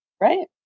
Right